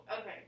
okay